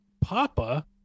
Papa